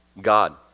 God